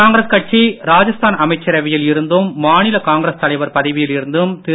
காங்கிரஸ் கட்சி ராஜஸ்தான் அமைச்சரவையில் இருந்தும் மாநில காங்கிரஸ் தலைவர் பதவியில் இருந்தும் திரு